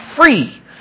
free